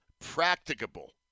practicable